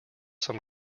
some